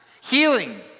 healing